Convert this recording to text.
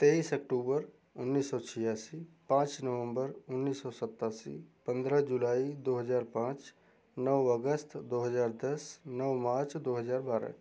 तेईस अक्टूबर उन्नीस सौ छियासी पाँच नवंबर उन्नीस सत्तासी पंद्रह जुलाई दो हजार पाँच नौ अगस्त दो हजार दस नौ मार्च दो हजार बारह